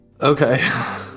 Okay